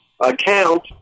account